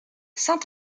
saint